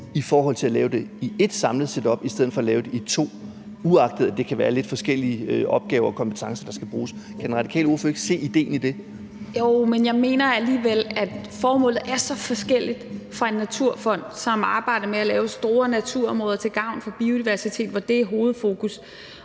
økonomi ved at lave det i et samlet setup, end hvis man laver det i to, uagtet at det kan være lidt forskellige opgaver, der skal løses, og kompetencer, der skal bruges. Kan den radikale ordfører ikke se idéen i det? Kl. 11:51 Zenia Stampe (RV): Jo, men jeg mener alligevel, at formålet her er så forskelligt mellem en naturfond, som arbejder med at sikre store naturområder til gavn for biodiversiteten, og som har det som hovedfokus,